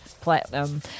Platinum